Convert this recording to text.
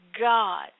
God